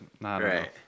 Right